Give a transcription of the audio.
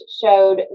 showed